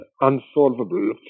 unsolvable